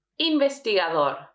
investigador